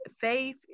faith